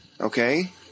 Okay